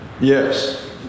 Yes